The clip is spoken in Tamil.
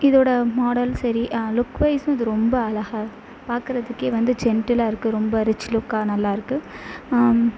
இதோட மாடலும் சரி லுக்வைஸும் இது ரொம்ப அழகாக பார்க்கறதுக்கே வந்து ஜென்டிலாக இருக்குது ரொம்ப ரிச் லுக்காக நல்லாயிருக்கு